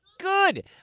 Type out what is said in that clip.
good